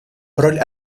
роль